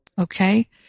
okay